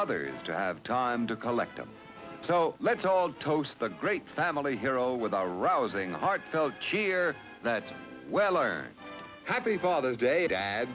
others to have time to collect them so let's all toast the great family hero with a rousing heartfelt cheer that well earned happy father's day